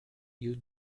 you